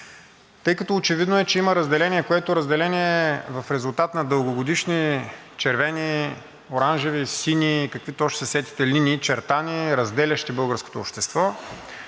Тъй като е очевидно, че има разделение, което разделение е в резултат на дългогодишни червени, оранжеви, сини и каквито още се сетите линии, очертания, разделящи българското общество,